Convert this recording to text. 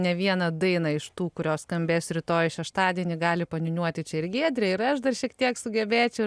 ne vieną dainą iš tų kurios skambės rytoj šeštadienį gali paniūniuoti čia ir giedrė ir aš dar šiek tiek sugebėčiau